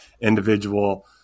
individual